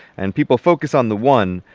and people focus on the one.